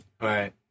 Right